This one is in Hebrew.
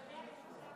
חבריי חברי הכנסת,